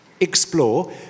explore